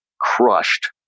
crushed